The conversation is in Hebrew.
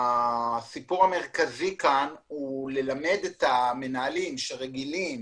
הסיפור המרכזי כאן הוא ללמד את המנהלים שרגילים